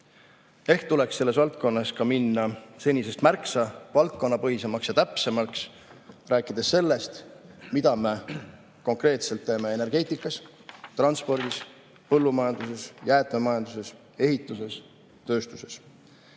Ehk tuleks selles valdkonnas minna senisest märksa valdkonnapõhisemaks ja täpsemaks, rääkides sellest, mida me konkreetselt teeme energeetikas, transpordis, põllumajanduses, jäätmemajanduses, ehituses, tööstuses